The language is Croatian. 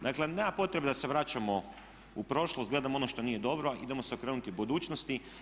Dakle, nema potrebe da se vraćamo u prošlost i gledamo ono što nije dobro, idemo se okrenuti budućnosti.